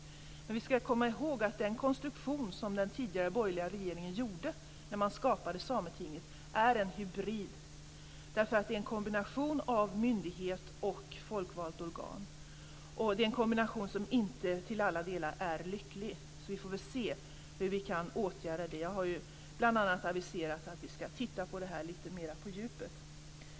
Men vi ska också komma ihåg att den konstruktion som den tidigare borgerliga regeringen gjorde när man skapade Sametinget är en hybrid. Sametinget är en kombination av myndighet och folkvalt organ, och det är en kombination som inte till alla delar är lycklig. Vi får se hur vi kan åtgärda det. Jag har bl.a. aviserat att vi ska titta på det här lite mer på djupet.